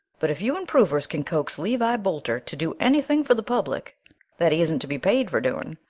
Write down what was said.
but if you improvers can coax levi boulter to do anything for the public that he isn't to be paid for doing,